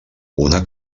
una